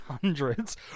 hundreds